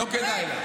לא כדאי לך.